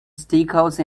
steakhouse